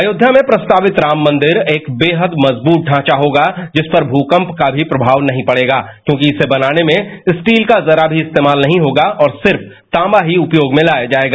अयोध्या में प्रस्तावित राम मंदिर एक बेहद मजबूत ढांचा होगा जिस पर भ्रकंप का भी प्रमाव नहीं पड़ेगा क्योंकि इसे बनाने में स्टील का जरा भी इस्तेमाल नहीं होगा और सिर्फ तांबा ही उपयोग में लाया जायेगा